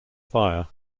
fire